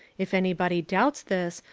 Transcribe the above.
if anybody doubts this,